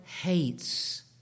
hates